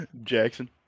Jackson